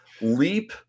leap